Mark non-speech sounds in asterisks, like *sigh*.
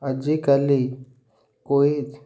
ଆଜିିକାଲି *unintelligible*